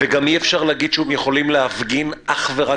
גם אי אפשר להגיד שהם יכולים להפגין אך ורק